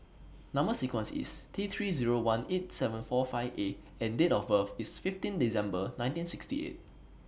Number sequence IS T three Zero one eight seven four five A and Date of birth IS fifteen December nineteen sixty eight